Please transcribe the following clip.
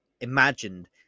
imagined